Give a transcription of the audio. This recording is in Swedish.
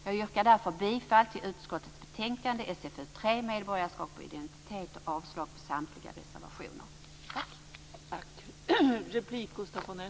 Jag yrkar därför bifall till utskottets hemställan i betänkande SfU3, Medborgarskap och identitet, och avslag på samtliga reservationer.